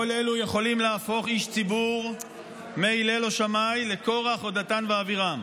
כל אלה יכולים להפוך איש ציבור מהלל או שמאי לקורח או דתן ואבירם.